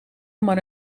maar